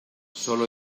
sólo